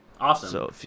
awesome